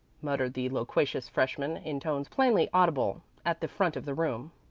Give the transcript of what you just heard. muttered the loquacious freshman, in tones plainly audible at the front of the room.